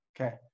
Okay